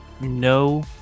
no